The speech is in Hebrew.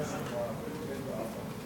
חבר שלך, שטיפל באבא,